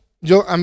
Yo